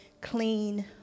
clean